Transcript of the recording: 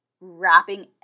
wrapping